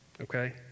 Okay